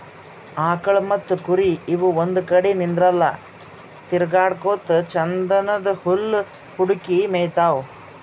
ಆಕಳ್ ಮತ್ತ್ ಕುರಿ ಇವ್ ಒಂದ್ ಕಡಿ ನಿಂದ್ರಲ್ಲಾ ತಿರ್ಗಾಡಕೋತ್ ಛಂದನ್ದ್ ಹುಲ್ಲ್ ಹುಡುಕಿ ಮೇಯ್ತಾವ್